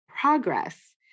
progress